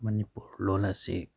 ꯃꯅꯤꯄꯨꯔ ꯂꯣꯜ ꯑꯁꯤ